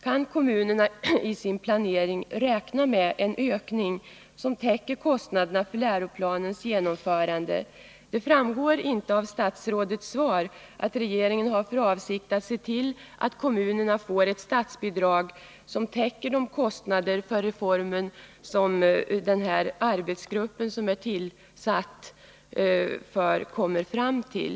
Kan kommunerna i sin planering räkna med en ökning av bidraget, så att det täcker kostnaderna för läroplanens genomförande? Det framgår inte av statsrådets svar att regeringen har för avsikt att se till att kommunerna får ett statsbidrag som täcker de kostnader för reformen som den tillsatta arbetsgruppen kommer fram till.